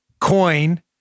coin